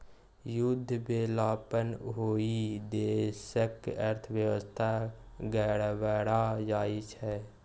युद्ध भेलापर ओहि देशक अर्थव्यवस्था गड़बड़ा जाइत छै